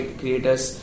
creators